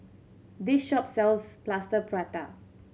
this shop sells Plaster Prata